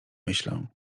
myślę